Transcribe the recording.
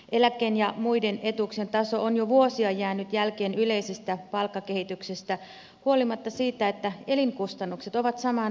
eläkkeiden ja muiden etuuksien taso on jo vuosia jäänyt jälkeen yleisestä palkkakehityksestä huolimatta siitä että elinkustannukset ovat samaan aikaan nousseet